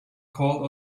called